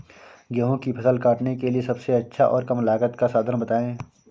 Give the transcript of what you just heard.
गेहूँ की फसल काटने के लिए सबसे अच्छा और कम लागत का साधन बताएं?